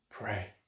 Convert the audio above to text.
pray